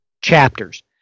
chapters